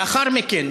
לאחר מכן,